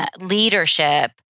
leadership